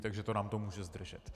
Takže to nám to může zdržet.